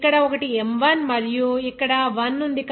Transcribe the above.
ఇక్కడ ఒకటి M1 మరియు ఇక్కడ 1 ఉంది